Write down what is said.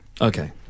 Okay